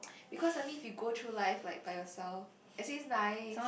because I mean if you go through life like by yourself it says nice